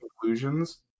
conclusions